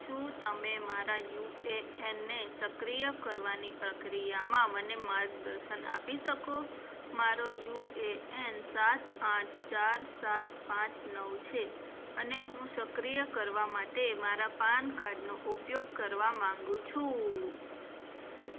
શું તમે મારા યુએએન ને સક્રિય કરવાની પ્રક્રિયામાં મને માર્ગદર્શન આપી શકો મારો યુએએન સાત આઠ ચાર સાત પાંચ નવ છે અને હું સક્રિય કરવા માટે મારા પાન કાર્ડનો ઉપયોગ કરવા માંગુ છું